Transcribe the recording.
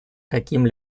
каким